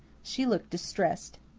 she looked distressed.